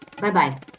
Bye-bye